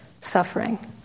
suffering